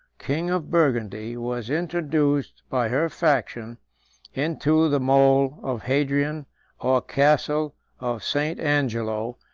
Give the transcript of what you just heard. king of burgundy was introduced by her faction into the mole of hadrian or castle of st. angelo,